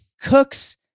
Cooks